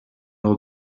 all